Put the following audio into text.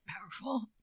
powerful